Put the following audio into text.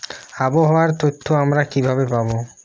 আবহাওয়ার তথ্য আমরা কিভাবে পাব?